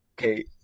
okay